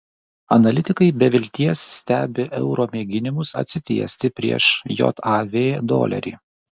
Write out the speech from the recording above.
analitikai be vilties stebi euro mėginimus atsitiesti prieš jav dolerį